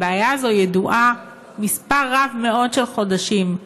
הבעיה הזאת ידועה מספר רב מאוד של חודשים.